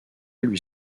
lui